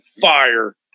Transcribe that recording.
fire